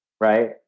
right